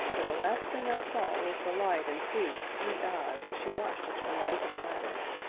but the last thing i saw was the light in prue's sweet eyes as she watched us from the open lattice.